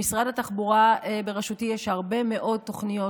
למשרד התחבורה בראשותי יש הרבה מאוד תוכניות